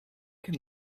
can